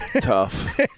Tough